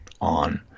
on